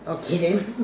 okay then